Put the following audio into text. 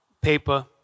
paper